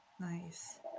Nice